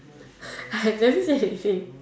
I never say anything